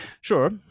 Sure